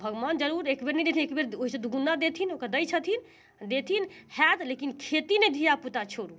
भगवान जरूर एकबेर नहि देथिन एक बेर ओइसँ दोगुना देथिन ओकरा दै छथिन देथिन हैत लेकिन खेती नहि धियापुता छोड़ू